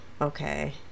okay